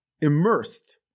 immersed